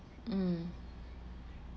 mm